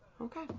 okay